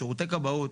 שירותי כבאות,